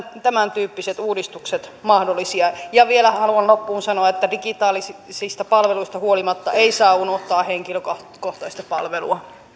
tämäntyyppiset uudistukset mahdollisia ja vielä haluan loppuun sanoa että digitaalisista palveluista huolimatta ei saa unohtaa henkilökohtaista palvelua